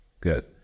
Good